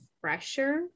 fresher